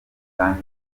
kandi